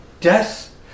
death